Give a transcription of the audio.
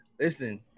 Listen